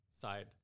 side